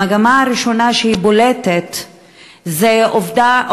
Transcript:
המגמה הראשונה שבולטת היא העובדה,